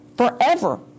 Forever